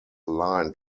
line